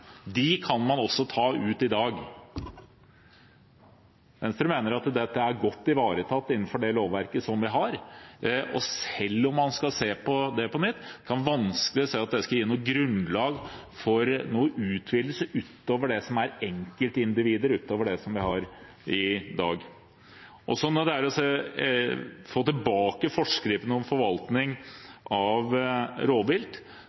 kan man også ta ut i dag. Venstre mener at dette er godt ivaretatt innenfor det lovverket som vi har, og at selv om man skal se på det på nytt, kan vi vanskelig se at det skal gi noe grunnlag for noen utvidelse utover det som er enkeltindivider, utover det som vi har i dag. Når det gjelder å få tilbake forskriften om forvaltning av rovvilt,